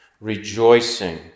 rejoicing